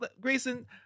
Grayson